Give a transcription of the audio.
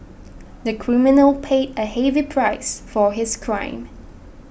the criminal paid a heavy price for his crime